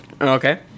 Okay